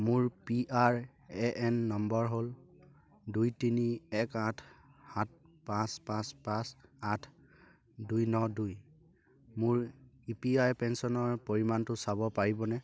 মোৰ P R A N number হ'ল দুই তিনি এক আঠ সাত পাঁচ পাঁচ পাঁচ আঠ দুই ন দুই মোৰ ই পি আই পেঞ্চনৰ পৰিমাণটো চাব পাৰিবনে